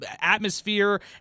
atmosphere